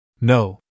No